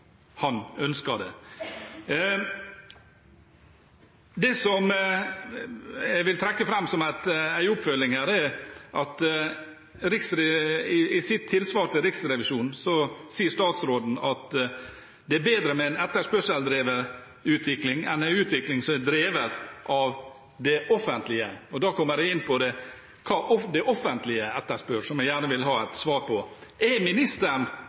Det jeg vil trekke fram som en oppfølging, er at statsråden, i sitt tilsvar til Riksrevisjonen, sier at det er bedre med en etterspørseldrevet utvikling enn en utvikling som er drevet av det offentlige. Da kommer jeg inn på hva det offentlige etterspør, som jeg gjerne vil ha et svar på: Er ministeren